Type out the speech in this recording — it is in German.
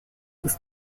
ist